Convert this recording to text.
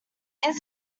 its